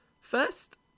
First